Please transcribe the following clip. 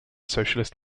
socialist